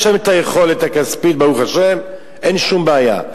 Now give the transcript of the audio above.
יש להם היכולת הכספית, ברוך השם, אין שום בעיה.